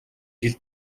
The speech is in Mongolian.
хил